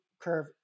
curve